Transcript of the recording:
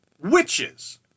Witches